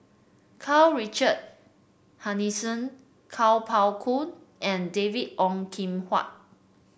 Karl Richard Hanitsch Kuo Pao Kun and David Ong Kim Huat